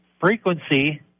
frequency